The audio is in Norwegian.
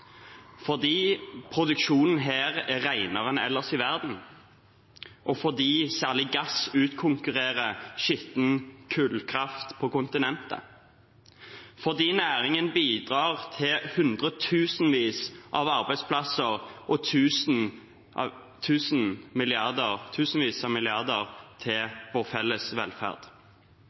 fordi produksjonen her er renere enn ellers i verden, fordi særlig gass utkonkurrerer skitten kullkraft på kontinentet, fordi næringen bidrar til hundretusenvis av arbeidsplasser og tusenvis av milliarder til vår felles velferd.